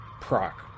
proc